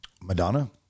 Madonna